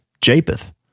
Japeth